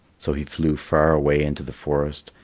so he flew far away into the forest,